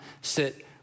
sit